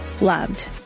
loved